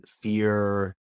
fear